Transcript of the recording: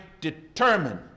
determine